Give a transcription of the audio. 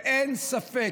אין ספק,